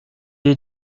est